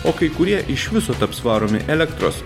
o kai kurie iš viso taps varomi elektros